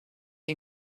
you